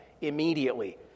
immediately